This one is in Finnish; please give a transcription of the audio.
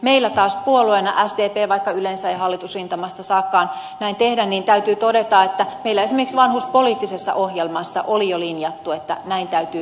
meillä taas puolueena sdpllä vaikka yleensä ei hallitusrintamasta saakaan näin tehdä niin täytyy todeta esimerkiksi vanhuuspoliittisessa ohjelmassa oli jo linjattu että näin täytyy tehdä